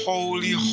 Holy